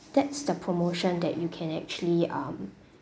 that's the promotion that you can actually um